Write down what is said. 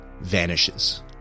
vanishes